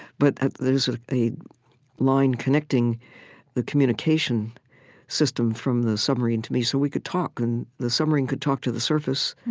but there's a a line connecting the communication system from the submarine to me, so we could talk, and the submarine could talk to the surface,